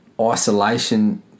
Isolation